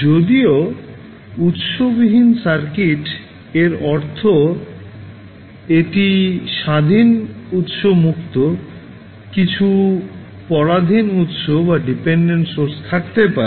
যদিও উৎস বিহীন সার্কিট এর অর্থ এটি স্বাধীন উৎসমুক্ত কিছু পরাধীন উৎস থাকতে পারে